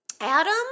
Adam